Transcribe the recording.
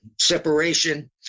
separation